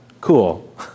cool